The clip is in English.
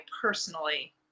personally